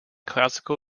classical